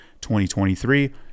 2023